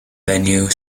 venue